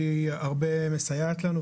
היא מסייעת לנו הרבה,